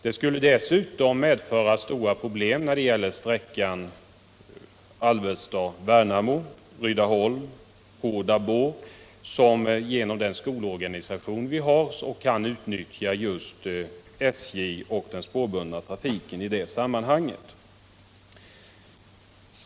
Det skulle medföra stora problem när det gäller sträckan Alvesta-Rydaholm-Horda-Bor-Värnamo. Den skolorganisation bl.a. som vi har i Värnamo kommun utnyttjar SJ och dess spårbundna trafik där.